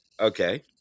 Okay